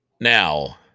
Now